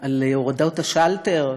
על הורדת השלטר.